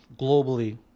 globally